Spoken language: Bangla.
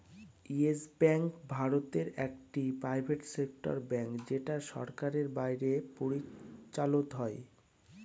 ইয়েস ব্যাঙ্ক ভারতে একটি প্রাইভেট সেক্টর ব্যাঙ্ক যেটা সরকারের বাইরে পরিচালত হয়